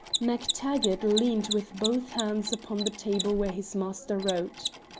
mactaggart leaned with both hands upon the table where his master wrote.